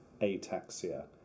ataxia